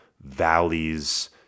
valleys